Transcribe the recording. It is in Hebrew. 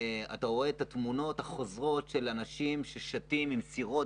שאתה רואה את התמונות החוזרות של אנשים ששטים בסירות,